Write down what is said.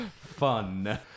Fun